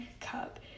cup